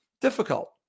difficult